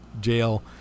jail